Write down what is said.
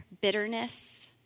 bitterness